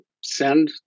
send